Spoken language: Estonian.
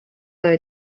olid